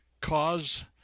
cause